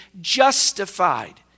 justified